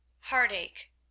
Heartache